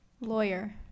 Lawyer